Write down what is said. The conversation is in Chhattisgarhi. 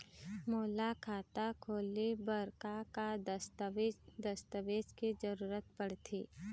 मोला खाता खोले बर का का दस्तावेज दस्तावेज के जरूरत पढ़ते?